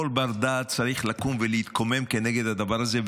כל בר דעת צריך לקום ולהתקומם נגד הדבר הזה.